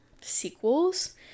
sequels